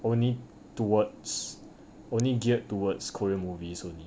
only towards only geared towards korean movies only